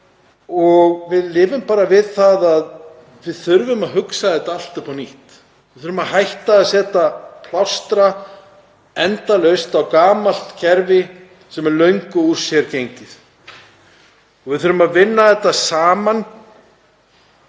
og við lifum bara við það að við þurfum að hugsa þetta allt upp á nýtt. Við þurfum að hætta að setja endalaust plástra á gamalt kerfi sem er löngu úr sér gengið. Við þurfum að vinna þetta saman,